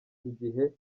igihe